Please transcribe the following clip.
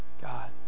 God